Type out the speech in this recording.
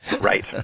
Right